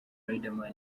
riderman